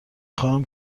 خواهم